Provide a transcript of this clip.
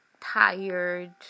tired